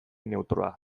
neutroa